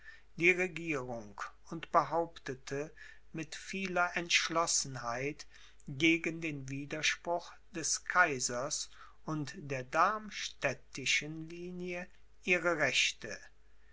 die regierung und behauptete mit vieler entschlossenheit gegen den widerspruch des kaisers und der darmstädtischen linie ihre rechte